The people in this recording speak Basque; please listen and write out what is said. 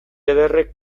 ederrek